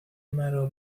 مرا